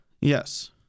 Yes